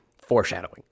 Foreshadowing